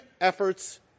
efforts